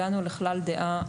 הגענו לכלל דעה,